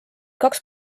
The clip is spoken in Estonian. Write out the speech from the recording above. kaks